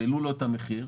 והעלו לו את המחיר,